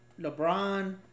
LeBron